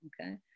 okay